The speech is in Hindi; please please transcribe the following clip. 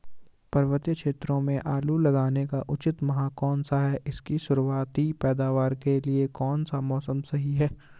पर्वतीय क्षेत्रों में आलू लगाने का उचित माह कौन सा है इसकी शुरुआती पैदावार के लिए कौन सा मौसम सही है?